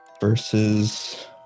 versus